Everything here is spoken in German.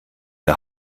der